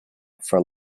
for